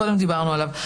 ודיברנו עליו קודם.